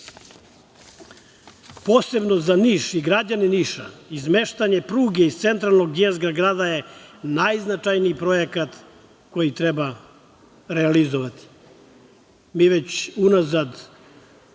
za Niš i građane Niša, izmeštanje pruge iz centralnog jezgra grada je najznačajniji projekat koji treba realizovati. Mi već unazad